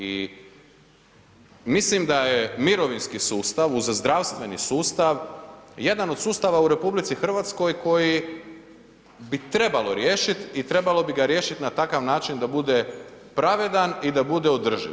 I mislim da je mirovinski sustav uz zdravstveni sustav jedan od sustava u RH koji bi trebalo riješiti i trebalo bi ga riješiti na takav način da bude pravedan i da bude održiv.